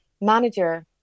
manager